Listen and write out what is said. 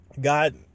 God